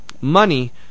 money